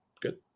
good